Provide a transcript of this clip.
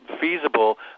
feasible